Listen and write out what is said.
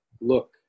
look